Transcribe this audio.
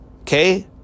Okay